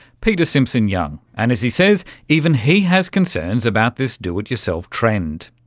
peter simpson-young, and as he says, even he has concerns about this do-it-yourself trend.